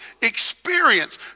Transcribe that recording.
experience